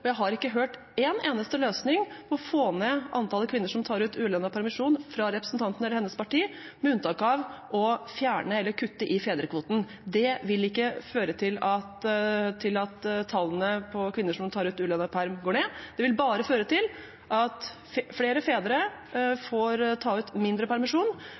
Jeg har ikke hørt én eneste løsning på å få ned antallet kvinner som tar ut ulønnet permisjon fra representanten og hennes parti, med unntak av å fjerne eller kutte i fedrekvoten. Det vil ikke føre til at tallet på kvinner som tar ut ulønnet permisjon, går ned. Det vil bare føre til at flere fedre får ta ut mindre permisjon.